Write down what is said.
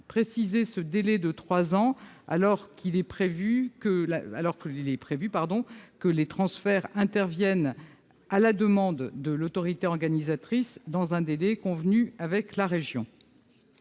préciser le délai de trois ans. Il est prévu que les transferts interviennent à la demande de l'autorité organisatrice dans un délai convenu avec la région.